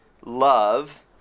love